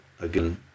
Again